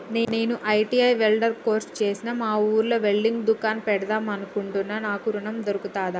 నేను ITI welder course చేశ్న మా ఊర్లో వెల్డింగ్ దుకాన్ పెడదాం అనుకుంటున్నా నాకు ఋణం దొర్కుతదా?